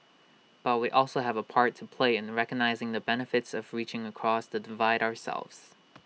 but we also have A part to play in recognising the benefits of reaching across the divide ourselves